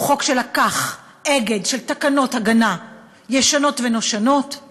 הוא חוק שלקח אגד של תקנות הגנה ישנות ונושנות, את